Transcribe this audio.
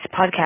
podcast